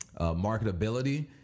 marketability